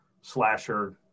slasher